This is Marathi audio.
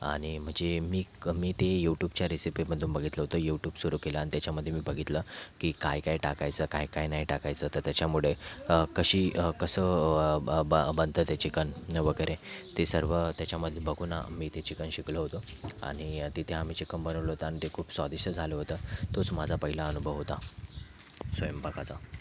आणि जे मी क मी ते यूटूबच्या रेसिपीमधून बघितलं होतं यूटूब सुरु केलं आणि त्याच्यामध्ये मी बघितलं की काय काय टाकायचं काय काय नाही टाकायचं तर त्याच्यामुळे कशी कसं ब ब बनतं ते चिकन वगैरे ते सर्व त्याच्यामध्ये बघून मी ते चिकन शिकलो होतो आणि तिथे आम्ही चिकन बनवलं होतं अन ते खूप स्वादिष्ट झालं होतं तोच माझा पहिला अनुभव होता स्वयंपाकाचा